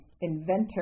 inventor